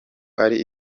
ari